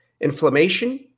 inflammation